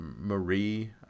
marie